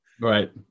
Right